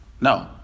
No